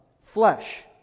flesh